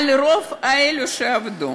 אבל רוב אלו שעבדו,